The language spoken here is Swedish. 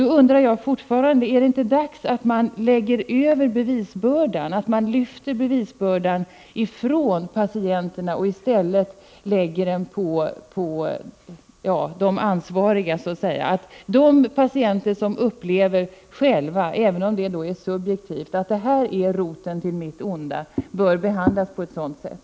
Då undrar jag fortfarande: Är det inte dags att flytta över bevisbördan från patienterna till de ansvariga så att säga? De patienter som själva, kanske subjektivt, upplever att kvicksilverförgiftning är roten till deras onda bör behandlas som om det var så.